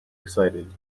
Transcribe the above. excited